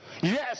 Yes